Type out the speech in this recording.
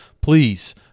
please